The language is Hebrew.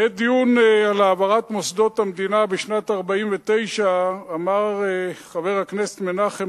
בעת דיון על העברת מוסדות המדינה בשנת 1949 אמר חבר הכנסת מנחם